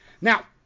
Now